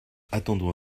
attendons